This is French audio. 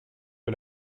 que